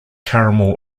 caramel